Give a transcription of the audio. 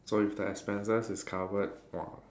so if the expenses is covered !wah!